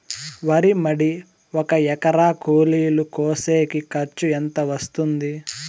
వరి మడి ఒక ఎకరా కూలీలు కోసేకి ఖర్చు ఎంత వస్తుంది?